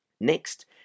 Next